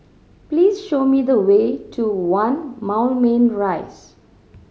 please show me the way to One Moulmein Rise